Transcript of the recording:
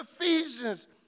Ephesians